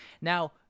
Now